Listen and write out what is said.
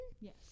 Yes